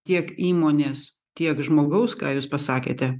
tiek įmonės tiek žmogaus ką jūs pasakėte